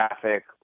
traffic